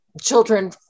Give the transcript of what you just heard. children